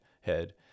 head